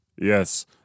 Yes